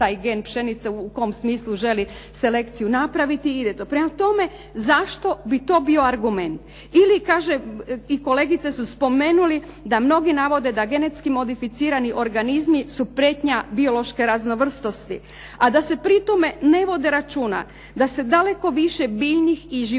a da se pri tome ne vodi računa da se daleko više biljnih i životinjskih